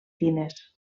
tines